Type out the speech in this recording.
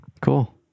Cool